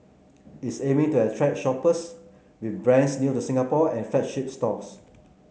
it's aiming to attract shoppers with brands new to Singapore and flagship stores